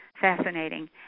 fascinating